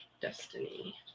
Destiny